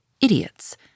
idiots